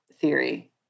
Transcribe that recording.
theory